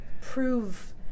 prove